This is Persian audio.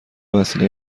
وسیله